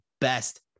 best